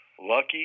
lucky